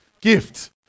gift